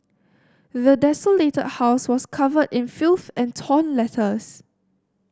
the desolated house was covered in filth and torn letters